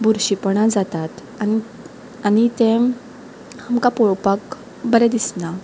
बुरशीपणा जातात आनी तें आमकां पळोवपाक बरें दिसना